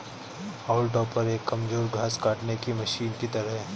हाउल टॉपर एक कमजोर घास काटने की मशीन की तरह है